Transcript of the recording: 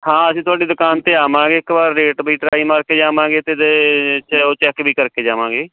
ਹਾਂ ਅਸੀਂ ਤੁਹਾਡੀ ਦੁਕਾਨ 'ਤੇ ਆਵਾਂਗੇ ਇੱਕ ਵਾਰ ਰੇਟ ਵੀ ਟਰਾਈ ਮਾਰ ਕੇ ਜਾਵਾਂਗੇ ਅਤੇ ਉਹ ਚੈੱਕ ਵੀ ਕਰਕੇ ਜਾਵਾਂਗੇ